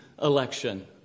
election